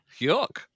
Yuck